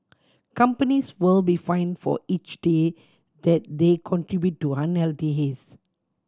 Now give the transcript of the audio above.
companies will be fined for each day that they contribute to unhealthy haze